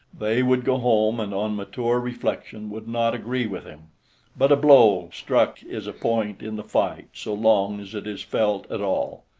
they would go home and on mature reflection would not agree with him but a blow struck is a point in the fight so long as it is felt at all,